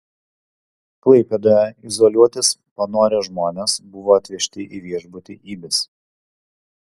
klaipėdoje izoliuotis panorę žmonės buvo atvežti į viešbutį ibis